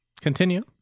Continue